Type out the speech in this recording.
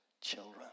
children